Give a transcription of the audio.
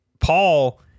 Paul